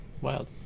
wild